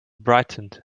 brightened